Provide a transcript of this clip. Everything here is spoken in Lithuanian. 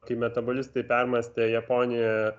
kai metabolistai permąstė japonijoje